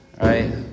right